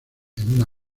una